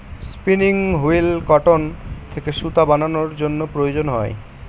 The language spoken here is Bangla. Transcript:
স্পিনিং হুইল কটন থেকে সুতা বানানোর জন্য প্রয়োজন হয়